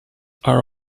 are